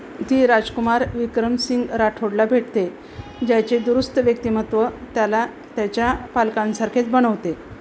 ती राजकुमार विक्रमसिंग राठोडला भेटते ज्याचे दुरुस्त व्यक्तिमत्त्व त्याला त्याच्या पालकांसारखेच बनवते